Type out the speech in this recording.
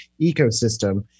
ecosystem